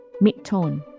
mid-tone